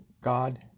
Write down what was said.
God